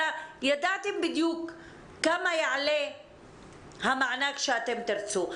אלא ידעתם בדיוק כמה יעלה המענק שאתם תרצו.